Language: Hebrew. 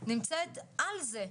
נמצאת על זה.